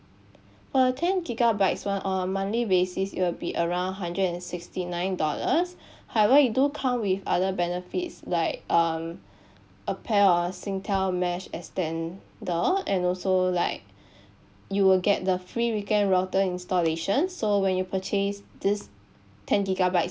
for the ten gigabytes one on monthly basis it'll be around hundred and sixty nine dollars however it do come with other benefits like um a pair of singtel mesh extender and also like you will get the free weekend router installation so when you purchase this ten gigabytes